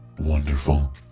Wonderful